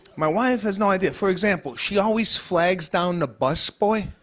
my wife has no idea. for example, she always flags down the busboy.